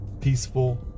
peaceful